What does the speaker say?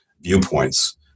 viewpoints